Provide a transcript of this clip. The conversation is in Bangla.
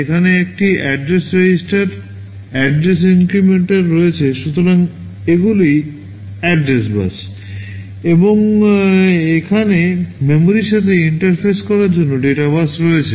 এখানে একটি অ্যাড্রেস রেজিস্টার অ্যাড্রেস ইনক্রিমেন্টার রয়েছে সুতরাং এগুলি অ্যাড্রেস বাস এবং এখানে মেমরির সাথে ইন্টারফেস করার জন্য ডেটা বাস রয়েছে